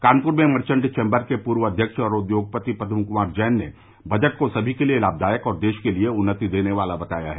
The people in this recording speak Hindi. कानपुर में मर्चेन्ट चैम्बर के पूर्व अध्यक्ष और उद्योगपति पदम कुमार जैन ने बजट को सभी के लिये लाभदायक और देश के लिये उन्नति देने वाला बताया है